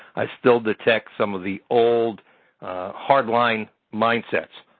i still detect some of the old hard line mindsets.